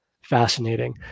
fascinating